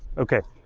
okay,